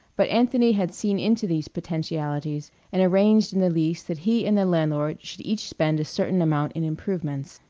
but anthony had seen into these potentialities and arranged in the lease that he and the landlord should each spend a certain amount in improvements.